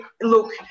look